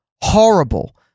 horrible